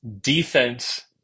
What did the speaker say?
defense